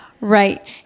right